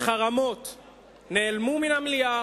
שלא באחריות לאומית,